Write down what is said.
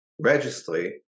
registry